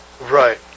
Right